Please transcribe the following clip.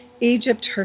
Egypt